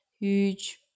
huge